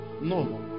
No